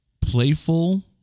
playful